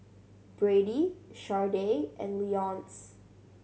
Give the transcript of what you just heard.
Brady Sharday and Leonce